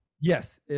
Yes